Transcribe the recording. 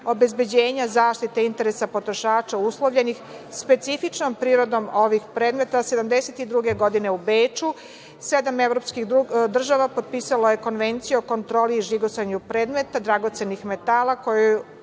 obezbeđenja zaštite interesa potrošača uslovljenih specifičnom prirodom ovih predmeta 1972. godine u Beču, sedam evropskih država potpisalo je Konvenciju o kontroli i žigosanju predmeta dragocenih metala, kojoj je